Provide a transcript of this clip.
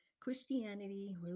Christianity